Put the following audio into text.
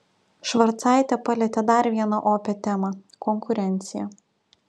švarcaitė palietė dar vieną opią temą konkurenciją